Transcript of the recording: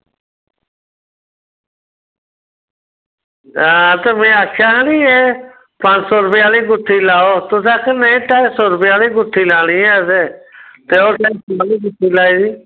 हां ते में आखेआ हा कि नई एह् पंज सौ रपये आहली गुत्थी लाऔ तुस आखेआ में ढाई सौ रपये आहली गुत्थी लानी ऐ ते ते ओह् फिर